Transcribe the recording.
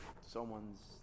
someone's